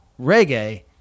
reggae